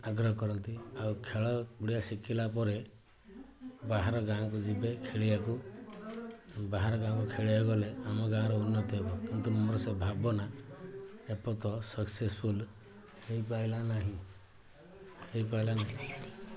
ଆଗ୍ରହ କରନ୍ତି ଆଉ ଖେଳଗୁଡ଼ିଏ ଶିଖିଲା ପରେ ବାହାର ଗାଁକୁ ଯିବେ ଖେଳିବାକୁ ବାହାର ଗାଁକୁ ଖେଳିବାକୁ ଗଲେ ଆମ ଗାଁର ଉନ୍ନତି ହେବ କିନ୍ତୁ ମୋର ସେ ଭାବନା ସକ୍ସେସ୍ଫୁଲ୍ ହେଇପାରିଲା ନାହିଁ ହେଇପାରିଲା ନାହିଁ